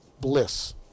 bliss